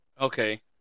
okay